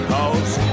Cause